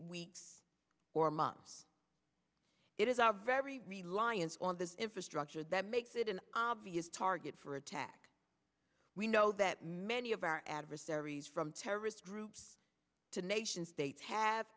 weeks or months it is our very reliance on this infrastructure that makes it an obvious target for attack we know that many of our adversaries from terrorist groups to nation states have